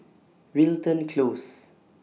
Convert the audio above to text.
Wilton Close